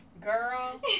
girl